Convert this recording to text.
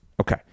Okay